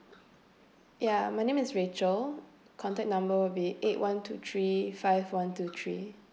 ya my name is rachel contact number will be eight one two three five one two three